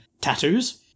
tattoos